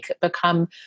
become